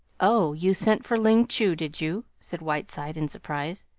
oh, you sent for ling chu, did you? said whiteside in surprise.